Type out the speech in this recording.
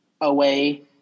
away